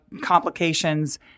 complications